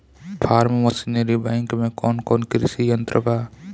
Form machinery bank में कौन कौन कृषि यंत्र बा?